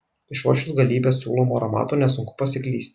išuosčius galybę siūlomų aromatų nesunku pasiklysti